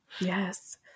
Yes